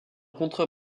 contre